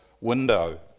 window